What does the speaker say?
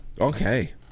okay